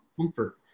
comfort